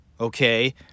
Okay